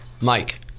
Mike